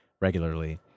regularly